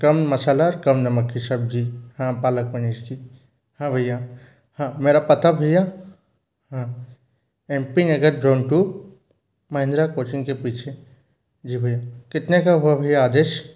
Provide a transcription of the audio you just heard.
कम मसाला और कम नमक की सब्ज़ी हाँ पालक पनीर की हाँ भैया हाँ मेरा पता भैया हाँ M P Nagar Jaunpur Mahindra coaching के पीछे जी भैया कितने का होगा भैया आदेश